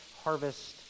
harvest